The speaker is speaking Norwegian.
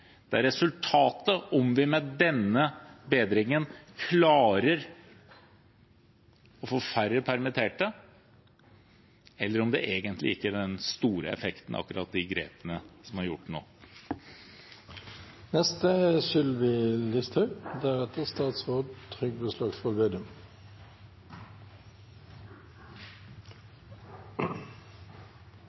permitterte, eller om det egentlig ikke er den store effekten av akkurat de grepene som er gjort